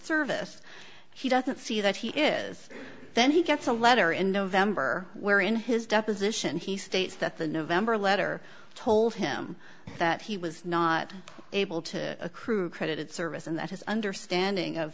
service he doesn't see that he is then he gets a letter in november where in his deposition he states that the november letter told him that he was not able to accrue credit service and that his understanding of